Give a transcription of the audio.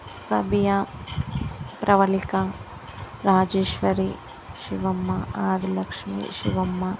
Sabiya Pravalika Rajeshwari Shivamma Adilakshmi Shivamma